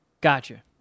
Gotcha